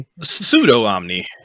pseudo-omni